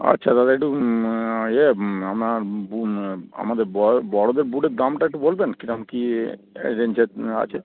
আচ্ছা দাদা একটু ইয়ে আপনার আমাদের বড়োদের বুটের দামটা একটু বলবেন কিরম কি রেঞ্জের আছে